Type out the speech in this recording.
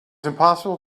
impossible